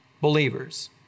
believers